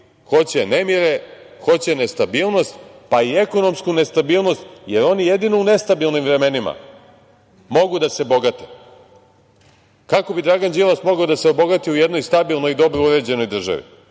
hoće nemire, hoće nestabilnost, pa i ekonomsku nestabilnost, jer oni jedino u nestabilnim vremenima mogu da se bogate. Kako bi Dragan Đilas mogao da se obogati u jednoj stabilnoj uređenoj državi,